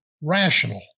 rational